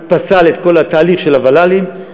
פסל את כל התהליך של הוול"לים,